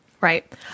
Right